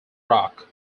rock